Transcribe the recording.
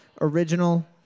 Original